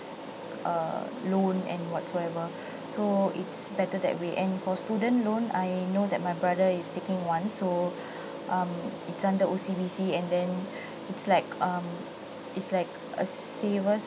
uh loan and whatsoever so it's better that way and for student loan I know that my brother is taking one so um it's over O_C_B_C and then it's like a um it's like a saver's